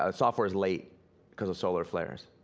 ah software's late cause of solar flares.